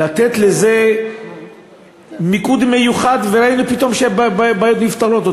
לתת לזה מיקוד מיוחד, ראינו פתאום שבעיות נפתרות.